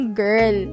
girl